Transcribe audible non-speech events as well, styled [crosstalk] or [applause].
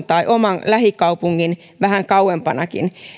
[unintelligible] tai omaa lähikaupunkiakin vähän kauempana